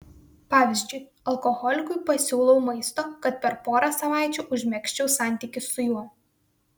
pavyzdžiui alkoholikui pasiūlau maisto kad per porą savaičių užmegzčiau santykį su juo